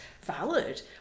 valid